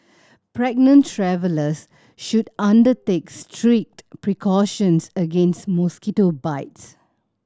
pregnant travellers should undertakes strict precautions against mosquito bites